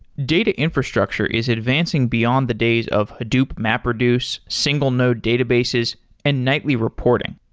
data infrastructure is advancing beyond the days of hadoop mapreduce single node databases and nightly reporting.